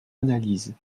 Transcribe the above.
analyse